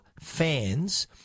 fans